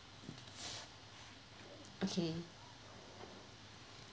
okay